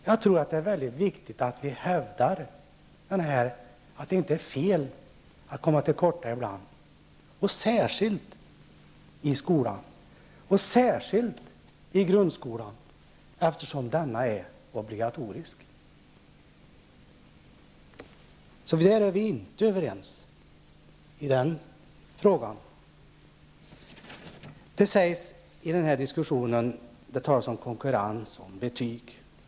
Jag tror att det är väldigt viktigt att vi hävdar att det inte är fel att komma till korta ibland, särskilt inte i skolan och alldeles speciellt inte i grundskolan, eftersom denna är obligatorisk. I den frågan är vi inte överens. Det talas i den här diskussionen om konkurrens och betyg.